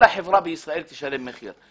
כל החברה בישראל תשלם מחיר.